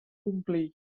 complir